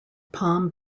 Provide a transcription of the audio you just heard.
palm